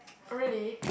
oh really